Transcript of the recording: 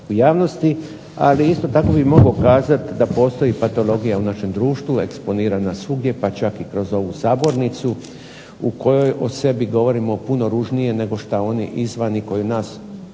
u javnosti. Ali, isto tako bih mogao kazati da postoji patologija u našem društvu eksponirana svugdje pa čak i kroz ovu sabornicu u kojoj o sebi govorimo puno ružnije nego što oni izvana koji nas